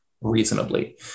reasonably